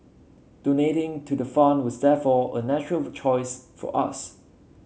donating to the fund was therefore a natural choice for us